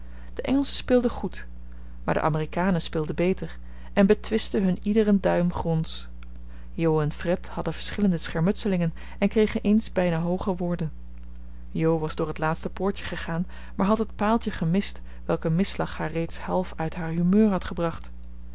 de engelschen speelden goed maar de amerikanen speelden beter en betwistten hun iederen duim gronds jo en fred hadden verschillende schermutselingen en kregen eens bijna hooge woorden jo was door het laatste poortje gegaan maar had het paaltje gemist welke misslag haar reeds half uit haar humeur had gebracht